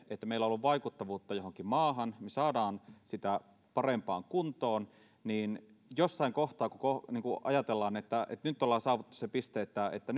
että meillä on ollut vaikuttavuutta johonkin maahan ja me saamme sitä parempaan kuntoon niin jossain kohtaa kun ajatellaan että nyt on saavutettu se piste että että